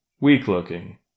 weak-looking